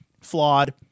Flawed